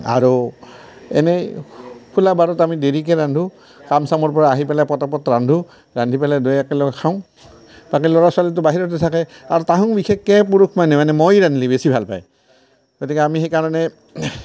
আৰু এনেই খোলাবাৰত আমি দেৰিকৈ ৰান্ধোঁ কাম চামৰ পৰা আহি পেলাই পটাপট ৰান্ধোঁ ৰান্ধি পেলাই দুয়ো একেলগে খাওঁ বাকী ল'ৰা ছোৱালীটো বাহিৰতে থাকে আৰু তাহোন বিশেষকৈ পুৰুষ মানুহ মানে মই ৰান্ধলে বেছি ভাল পায় গতিকে আমি সেইকাৰণে